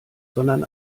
sondern